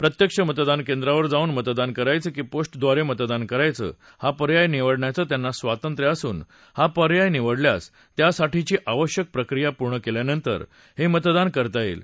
प्रत्यक्ष मतदान केंद्रावर जाऊन मतदान करायचं की पोस्टद्वारे मतदान करायचं हा पर्याय निवडण्याचं त्यांना स्वांतत्र्य असून हा पर्याय निवडल्यास त्यासाठीची आवश्यक प्रक्रिया पूर्ण केल्यानंतर हे मतदान करता येईल